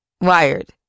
Wired